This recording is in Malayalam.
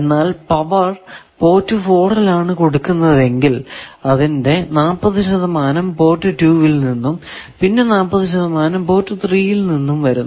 എന്നാൽ പവർ പോർട്ട് 4 ൽ ആണ് കൊടുക്കുന്നതെങ്കിൽ അതിന്റെ 40 ശതമാനം പോർട്ട് 2 ൽ നിന്നും പിന്നെ 40 ശതമാനം പോർട്ട് 3 ൽ നിന്നും വരുന്നു